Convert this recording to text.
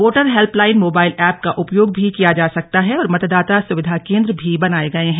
voter helpline mobile app का उपयोग भी किया जा सकता है और मतदाता सुविधा केंद्र भी बनाए गए हैं